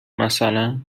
مثلا